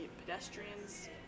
pedestrians